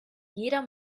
jeder